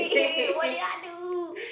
hey what did I do